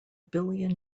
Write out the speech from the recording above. billion